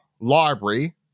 Library